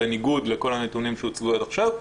בניגוד לכל הנתונים שהוצגו עד עכשיו,